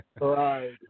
right